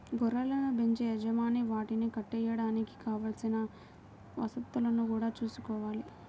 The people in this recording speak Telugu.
గొర్రెలను బెంచే యజమాని వాటిని కట్టేయడానికి కావలసిన వసతులను గూడా చూసుకోవాలి